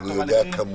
אבל הוא יודע כמויות.